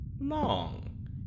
long